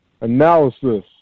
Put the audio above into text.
Analysis